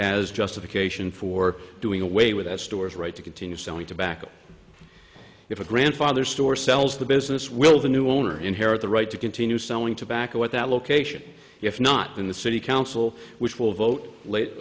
as justification for doing away with that store's right to continue selling tobacco if a grandfather store sells the business will the new owner inherit the right to continue selling tobacco at that location if not then the city council which will vote late